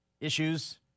issues